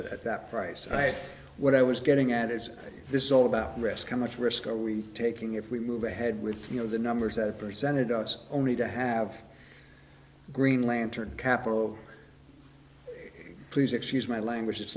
it at that price i what i was getting at is this is all about risk cometh risk are we taking if we move ahead with you know the numbers that presented us only to have green lantern capital please excuse my language